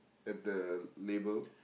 at the label